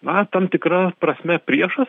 na tam tikra prasme priešas